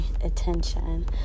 attention